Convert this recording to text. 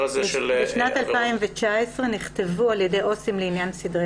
בשנת 2019 נכתבו על ידי עו"סים לעניין סדרי